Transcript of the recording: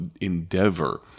endeavor